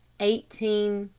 eighteen.